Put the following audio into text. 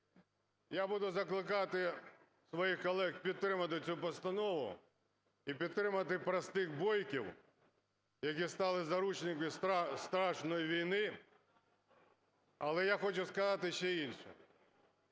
Я буду закликати своїх колег підтримати цю постанову і підтримати простих бойків, які стали заручниками страшної війни. Але я хочу сказати ще інше.